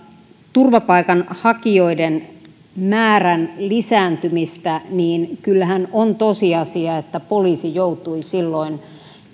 turvapaikanhakijoiden määrän lisääntymistä niin kyllähän on tosiasia että poliisi joutui silloin